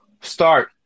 start